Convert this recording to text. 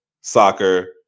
soccer